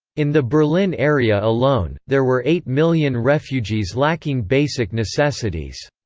in the berlin area alone, there were eight million refugees lacking basic necessities.